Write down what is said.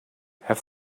have